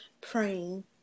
praying